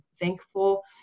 thankful